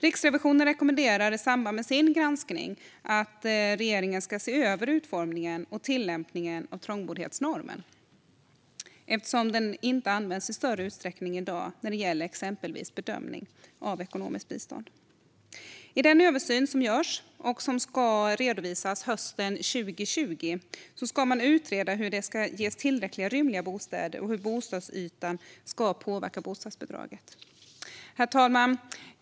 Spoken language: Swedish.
Riksrevisionen rekommenderar i samband med sin granskning att regeringen ska se över utformningen och tillämpningen av trångboddhetsnormen eftersom den inte används i större utsträckning i dag när det gäller exempelvis bedömning av ekonomiskt bistånd. I den översyn som görs och som ska redovisas hösten 2020 ska man utreda hur bidrag ska ges för tillräckligt rymliga bostäder och hur bostadsytan ska påverka bostadsbidraget. Herr talman!